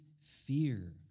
fear